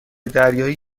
دریایی